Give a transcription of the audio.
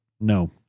No